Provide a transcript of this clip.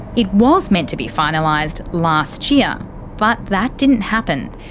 it was meant to be finalised last year but that didn't happen.